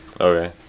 Okay